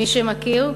מי שמכיר.